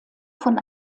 von